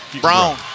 Brown